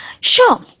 sure